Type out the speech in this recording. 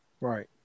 right